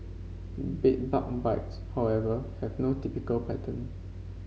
bed bug bites however have no typical pattern